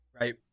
Right